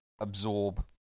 absorb